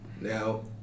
Now